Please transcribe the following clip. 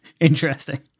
Interesting